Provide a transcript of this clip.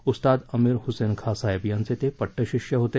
उस्ताद अमीर हुसेन खाँसाहेब यांचे ते पट्टशिष्य होते